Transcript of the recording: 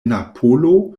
napolo